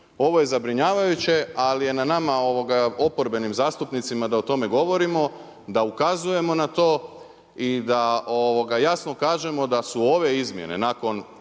ovo je zabrinjavajuće, ali je na nama oporbenim zastupnicima da o tome govorimo, da ukazujemo na to i da jasno kažemo da su ove izmjene nakon